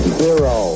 zero